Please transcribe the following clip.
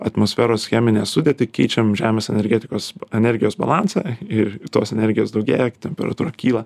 atmosferos cheminę sudėtį keičiam žemės energetikos energijos balansą ir tos energijos daugėja temperatūra kyla